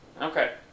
Okay